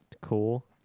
Cool